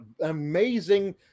amazing